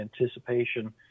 anticipation